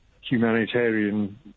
humanitarian